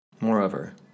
Moreover